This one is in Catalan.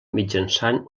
mitjançant